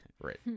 Right